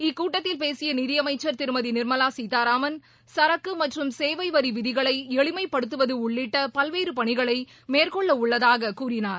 இக்கூட்டத்தில் பேசிய அமைச்சர் திருமதி நிர்மலா சீதாராமன் சரக்கு மற்றும் சேவை வரி விதிகளை எளிமை படுததுவது உள்ளிட்ட பல்வேறு பணிகளை மேற்கொள்ளவுள்ளதாக கூறினார்